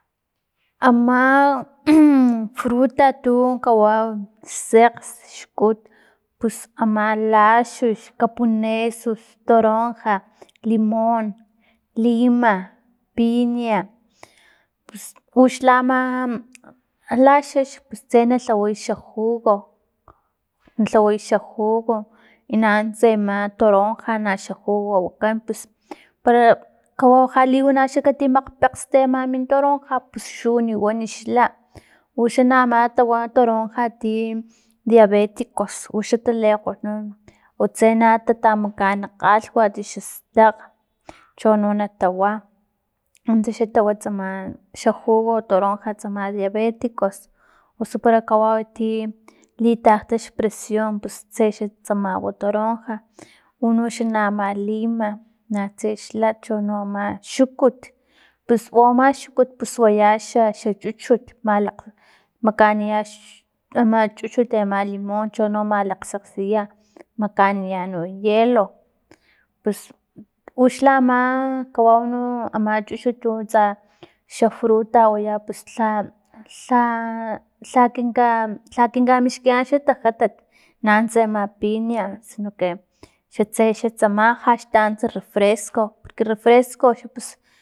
Ama fruta tu kawau sekgs xkut pus ama laxux, kapunesus, toronja, limon, lima, piña, pus uxla amam laxux pus tse na lhaway xa jugo, na tlaway xa jugo nanuntsa ama toronja ama xa jugo wakan pus para kawau para ja liwana kati makgpekgsti ama min toronja pus xuni wan xla uxa ama tawa toronja ti diabeticos uxa talikgotnun u tse na tatamakaan kgalhwat xastakg chono natawa nuntsa xa tawa xa jugo de toronja tsama diabeticos usupara kawau li- litakta xpresion pius tse xan tsama wa toronja uno xa ama lima natse xla tuno ama xukut pus u ama xukut pus waya xa xa chuchut malakg makania xa ama chuchut ama limon chono malakgsakgsiya makaniya no hielo pus uxa ama kawau no ama no chuchut tu tsa xa fruta waya pus lha- lha- lha kinka lha kinkamixkiyan xa tajatat nanuntsa ama piña sino que xatse xan tsama jaxtanuntsa refresco porque refreso xa pus